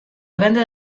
venda